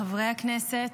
חברי הכנסת,